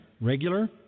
regular